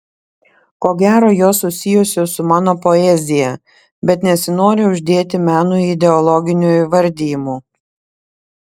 ko gero jos susijusios su mano poezija bet nesinori uždėti menui ideologinių įvardijimų